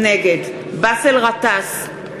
נגד באסל גטאס,